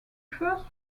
first